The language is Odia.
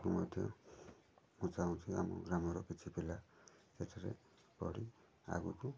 ଆଗକୁ ମଧ୍ୟ ମୁଁ ଚାହୁଁଛି ଆମ ଗ୍ରାମର କିଛି ପିଲା ସେଠାରେ ପଢ଼ି ଆଗକୁ କିଛି